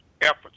efforts